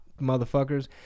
motherfuckers